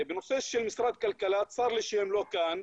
בנושא של משרד הכלכלה, צר לי שהם לא כאן.